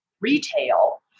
retail